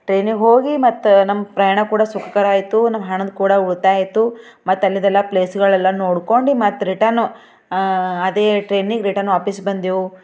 ಟ್ರೇನಿಗೆ ಹೋಗಿ ಮತ್ತೆ ನಮ್ಮ ಪ್ರಯಾಣ ಕೂಡ ಸುಖಕರ ಆಯ್ತು ಹಣದ ಕೂಡ ಉಳಿತಾಯ ಆಯ್ತು ಮತ್ತೆ ಅಲ್ಲಿದೆಲ್ಲ ಪ್ಲೇಸ್ಗಳೆಲ್ಲ ನೋಡ್ಕೊಂಡು ಮತ್ತೆ ರಿಟನು ಅದೇ ಟ್ರೇನಿಗೆ ರಿಟನ್ ವಾಪಸ್ಸು ಬಂದೆವು